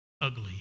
ugly